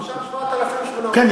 ועכשיו 7,800. כן,